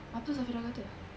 apa safirah kata